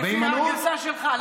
לפי הגרסה שלך,